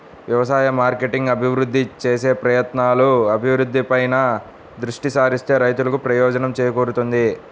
వ్యవసాయ మార్కెటింగ్ అభివృద్ధి చేసే ప్రయత్నాలు, అభివృద్ధిపై దృష్టి సారిస్తే రైతులకు ప్రయోజనం చేకూరుతుంది